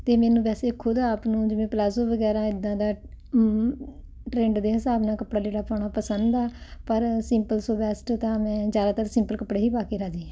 ਅਤੇ ਮੈਨੂੰ ਵੈਸੇ ਖੁਦ ਆਪ ਨੂੰ ਜਿਵੇਂ ਪਲਾਜ਼ੋ ਵਗੈਰਾ ਇੱਦਾਂ ਦਾ ਟਰੈਂਡ ਦੇ ਹਿਸਾਬ ਨਾਲ ਕੱਪੜਾ ਲੀੜਾ ਪਾਉਣਾ ਪਸੰਦ ਆ ਪਰ ਸਿੰਪਲ ਸੋ ਵੈਸਟ ਤਾਂ ਮੈਂ ਜ਼ਿਆਦਾਤਰ ਸਿੰਪਲ ਕੱਪੜੇ ਹੀ ਪਾ ਕੇ ਰਾਜ਼ੀ ਹੁੰਦੀ